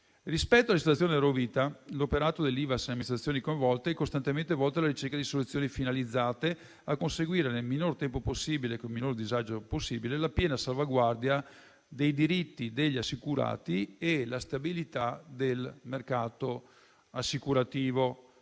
Rispetto alla situazione di Eurovita, l'operato dell'Ivass e delle amministrazioni coinvolte è costantemente volto alla ricerca di soluzioni finalizzate a conseguire, nel minor tempo possibile e con minor disagio possibile, la piena salvaguardia dei diritti degli assicurati e la stabilità del mercato assicurativo.